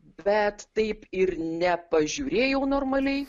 bet taip ir nepažiūrėjau normaliai